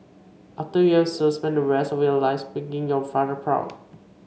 after you have served spend the rest of your life making your father proud